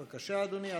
בבקשה, אדוני.